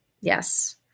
Yes